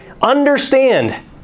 Understand